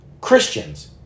Christians